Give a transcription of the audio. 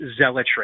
zealotry